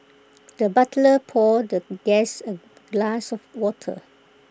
the butler poured the guest A glass of water